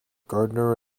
gardner